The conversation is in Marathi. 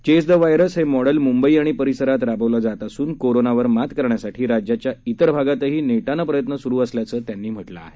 चेस द व्हायरस हे मॉडेल म्ंबई आणि परिसरात राबवलं जात असून कोरोनावर मात करण्यासाठी राज्याच्या इतर भागातही नेटानं प्रयत्न स्रु आहेत असंही त्यांनी म्हटलंय